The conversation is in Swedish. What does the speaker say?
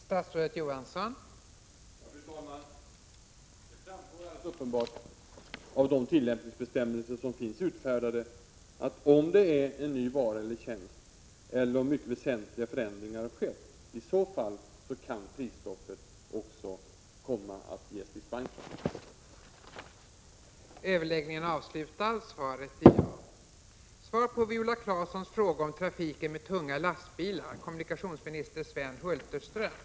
Fru talman! Det framgår helt klart av de utfärdade tillämpningsföreskrifterna, att om det rör sig om en ny vara eller tjänst eller om det har skett mycket väsentliga förändringar, kan det också ges dispens från prisstoppet.